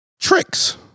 Tricks